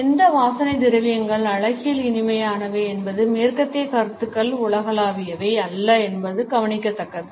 எந்த வாசனை திரவியங்கள் அழகியல் இனிமையானவை என்ற மேற்கத்திய கருத்துக்கள் உலகளாவியவை அல்ல என்பது கவனிக்கத்தக்கது